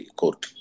court